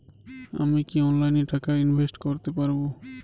আমি কি অনলাইনে টাকা ইনভেস্ট করতে পারবো?